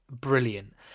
brilliant